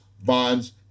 bonds